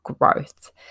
growth